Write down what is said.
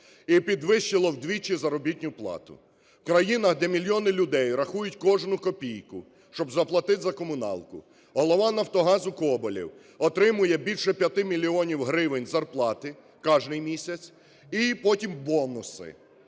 і підвищило вдвічі заробітну плату. Країна, де мільйони людей рахують кожну копійку, щоб заплатити за комуналку, голова "Нафтогазу" Коболєв отримує більше 5 мільйонів гривень зарплати кожен місяць. І потім бонуси